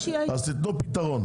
תנו פתרון.